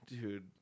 dude